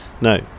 No